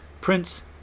Prince